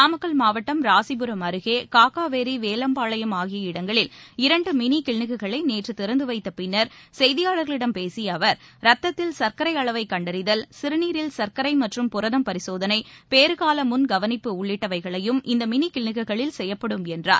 நாமக்கல் மாவட்டம் ராசிபுரம் அருகேகாக்காவேரி வேலம்பாளையம் ஆகிய இடங்களில் இரண்டுமினிகிளினிக்குகளைநேற்றுதிறந்துவைத்தபின்னர் செய்தியாளர்களிடம் பேசியஅவர் ரத்தத்தில் சர்க்கரைஅளவைகண்டறிதல் சிறுநீரில் சர்க்கரைமற்றும் புரதம் பரிசோதனை பேருகாலமுன் கவனிப்பு உள்ளிட்டவையும் இந்தமினிகிளினிக்குளில் செய்யப்படும் என்றார்